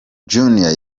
junior